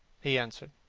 he answered.